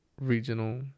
Regional